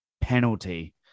penalty